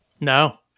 no